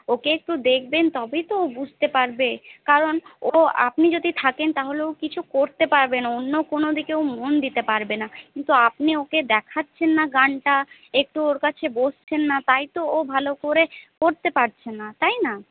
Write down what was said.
ওকে একটু দেখবেন তবেই তো ও বুঝতে পারবে কারণ ও আপনি যদি থাকেন তাহলে ও কিছু করতে পারবে না অন্য কোনো দিকে ও মন দিতে পারবে না কিন্তু আপনি ওকে দেখাচ্ছেন না গানটা একটু ওর কাছে বসছেন না তাইতো ও ভালো করে করতে পারছে না তাই না